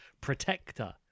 protector